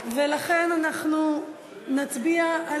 ולכן אנחנו נצביע על